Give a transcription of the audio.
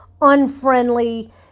unfriendly